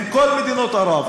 עם כל מדינות ערב,